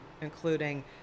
including